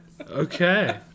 okay